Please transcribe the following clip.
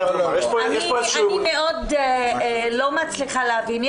אני מאוד לא מצליחה להבין פה,